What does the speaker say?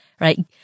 Right